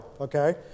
okay